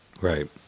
Right